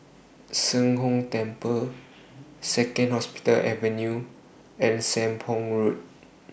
Sheng Hong Temple Second Hospital Avenue and Sembong Road